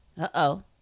uh-oh